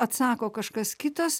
atsako kažkas kitas